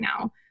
now